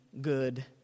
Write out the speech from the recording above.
good